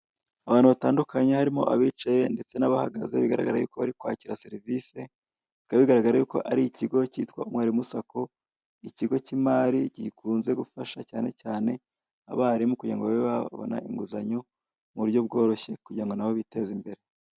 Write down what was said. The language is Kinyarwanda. Abantu batandukanye harimo abicaye ndetse n'abahagaze bigaragara yuko bari kwakira serivise bikaba bigaragara yuko ari ikigo kitwa umwarimu sako ikigo k'imari gikunze gufasha cyane cyane abarimu kugira ngo babe babona inguzanyo mu buryo bworoshye kugira ngo na bo biteze imbere.